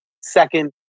second